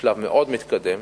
בשלב מאוד מתקדם,